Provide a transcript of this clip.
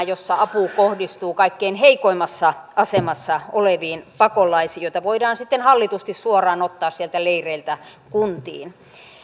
jossa apu kohdistuu kaikkein heikoimmassa asemassa oleviin pakolaisiin joita voidaan sitten hallitusti suoraan ottaa sieltä leireiltä kuntiin